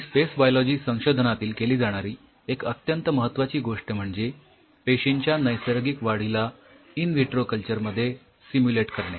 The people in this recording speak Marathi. आणि स्पेस बायोलॉजी संशोधनातील केली जाणारी एक अत्यंत महत्वाची गोष्ट म्हणजे पेशींच्या नैसर्गिक वाढीला इन व्हिट्रो कल्चर मध्ये सिम्युलेट करणे